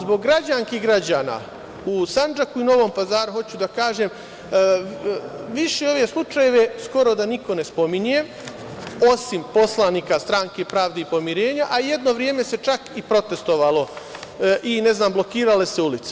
Zbog građanki i građana u Sandžaku i Novom Pazaru hoću da kažem da više ove slučajeve skoro da niko ne spominje, osim poslanika Stranke pravde i pomirenja, a jedno vreme se čak i protestovalo i blokirale se ulice.